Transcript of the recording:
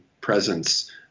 presence